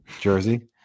jersey